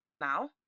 now